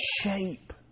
shape